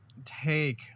take